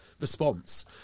response